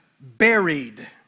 buried